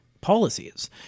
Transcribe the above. policies